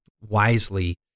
wisely